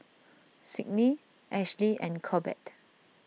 Signe Ashley and Corbett